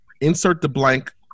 insert-the-blank